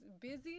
busy